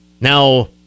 Now